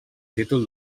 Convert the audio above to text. títol